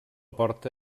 porta